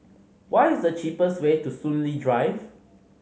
what is the cheapest way to Soon Lee Drive